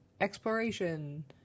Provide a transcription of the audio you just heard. exploration